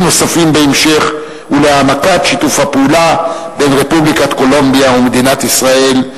נוספים בהמשך ולהעמקת שיתוף הפעולה בין רפובליקת קולומביה ומדינת ישראל.